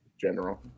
general